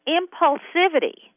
impulsivity